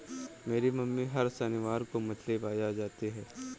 मेरी मम्मी हर शनिवार को मछली बाजार जाती है